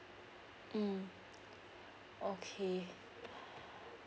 mm okay